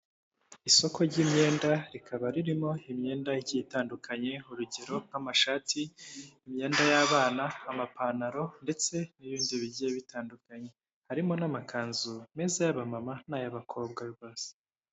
Isoko ry'imyenda rikaba ririmo imyenda igiye itandukanye, urugero nk'amashati, imyenda y'abana, amapantaro, ndetse n'ibindi bigiye bitandukanye. Harimo n'amakanzu meza y'aba mama n'ay'abakobwa ba se.